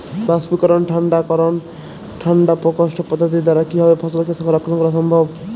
বাষ্পীকরন ঠান্ডা করণ ঠান্ডা প্রকোষ্ঠ পদ্ধতির দ্বারা কিভাবে ফসলকে সংরক্ষণ করা সম্ভব?